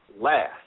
last